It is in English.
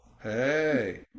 Hey